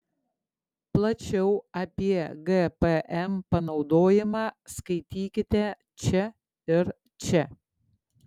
plačiau apie gpm panaudojimą skaitykite čia ir čia